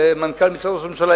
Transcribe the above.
מנכ"ל משרד ראש הממשלה,